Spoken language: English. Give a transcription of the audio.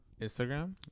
Instagram